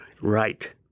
Right